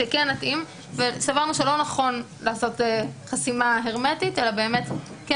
שכן יתאים וסברנו שלא נכון לעשות חסימה הרמטית אלא באמת כן